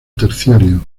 terciario